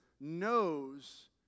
knows